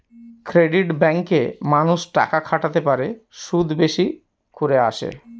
credit ব্যাঙ্কে মানুষ টাকা খাটাতে পারে, সুদ বেশি করে আসে